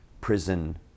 prison